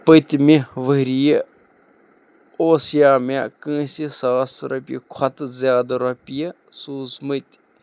پٔتمہِ ؤرۍ یہِ اوسِیا مےٚ کٲنٛسہِ کھۄتہٕ زِیادٕ رۄپیہِ سوٗزۍمٕتۍ